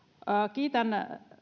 kiitän